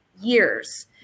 years